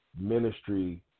ministry